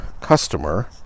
customer